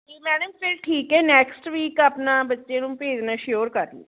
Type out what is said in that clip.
ਅਤੇ ਮੈਡਮ ਫਿਰ ਠੀਕ ਹੈ ਨੈਕਸਟ ਵੀਕ ਆਪਣਾ ਬੱਚੇ ਨੂੰ ਭੇਜਣਾ ਸ਼ਿਓਰ ਕਰ ਲਓ